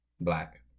Black